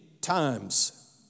times